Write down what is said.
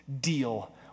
deal